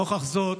נוכח זאת,